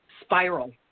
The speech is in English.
spiral